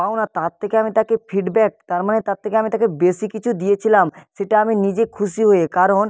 পাওনা তার থেকে আমি তাকে ফিডব্যাক তার মানে তার থেকে আমি তাকে বেশি কিছু দিয়েছিলাম সেটা আমি নিজে খুশি হয়ে কারণ